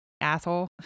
asshole